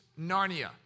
Narnia